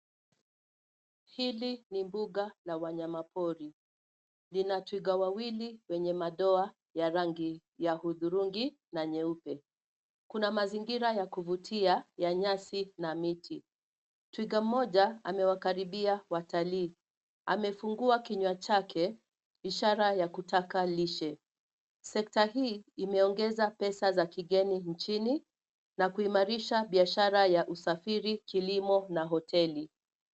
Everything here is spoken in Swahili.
Hili ni mbuga la wanyama pori. Lina twiga wawili yenye madoa ya rangi ya hudhurungi na nyeupe. Kuna mazingira ya kuvutia ya nyasi na miti. Twiga mmoja amewakaribia watalii. Amefungua kinywa chake ishara ya kutaka lishe. Sekta hii imeongeza pesa za kigeni nchini na kuimarisha biashara ya usafiri, kilimo na hoteli.